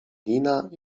dinah